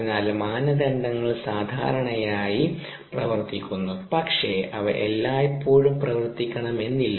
അതിനാൽ മാനദണ്ഡങ്ങൾ സാധാരണയായി പ്രവർത്തിക്കുന്നു പക്ഷേ അവ എല്ലായ്പ്പോഴും പ്രവർത്തിക്കണമെന്നില്ല